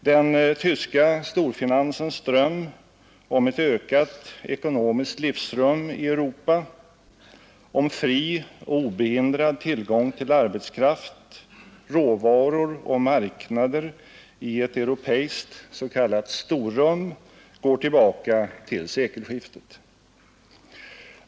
Den tyska storfinansens dröm om ett ökat ekonomiskt livsrum i Europa, om fri och obehindrad tillgång till arbetskraft, råvaror och marknader i ett europeiskt ”storrum” går tillbaka till sekelskiftet.